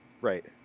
Right